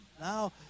now